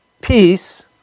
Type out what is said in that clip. peace